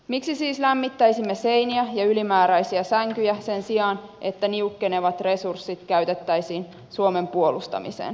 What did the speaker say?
miksi siis lämmittäisimme seiniä ja ylimääräisiä sänkyjä sen sijaan että niukkenevat resurssit käytettäisiin suomen puolustamiseen